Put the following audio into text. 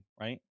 right